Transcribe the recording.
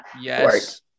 yes